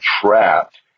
trapped